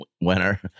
winner